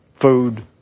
food